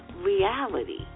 reality